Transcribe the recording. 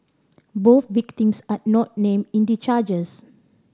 both victims are not named in the charges